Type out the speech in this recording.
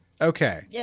Okay